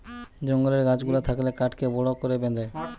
জঙ্গলের গাছ গুলা থাকলে কাঠকে বড় করে বেঁধে